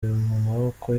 maboko